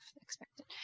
expected